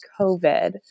COVID